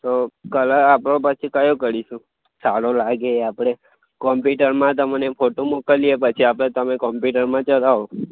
તો કલર આપણો પછી કયો કરીશું સારો લાગે એ આપણે કોપમ્પુટરમાં તમને ફોટો મોકલીએ પછી આપણે તમે કોમ્પ્યુટરમાં ચલાવો